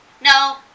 No